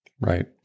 Right